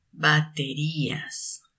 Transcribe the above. Baterías